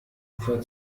ufer